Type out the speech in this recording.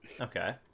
okay